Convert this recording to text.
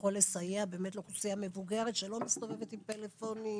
שיכול לסייע לאוכלוסייה מבוגרת שלא מסתובבת עם פלאפונים?